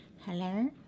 Hello